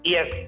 Yes